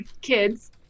kids